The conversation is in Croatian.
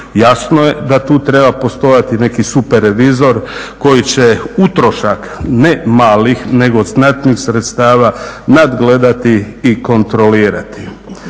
Jasno je da tu treba postojati neki super revizor koji će utrošak ne malih, nego znatnih sredstava nadgledati i kontrolirati.